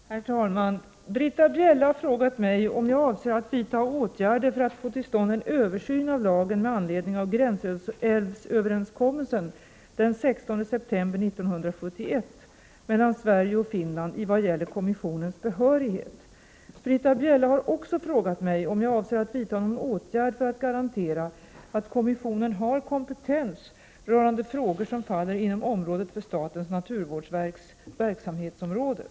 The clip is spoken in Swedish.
| Herr talman! Britta Bjelle har frågat mig om jag avser att vidta åtgärder för att få till stånd en översyn av lagen med anledning av gränsälvsöverenskom kommissionens behörighet. Britta Bjelle har också frågat mig om jag avser att vidta någon åtgärd för att garantera att kommissionen har kompetens rörande frågor som faller inom området för statens naturvårdsverks verk 51 samhetsområde.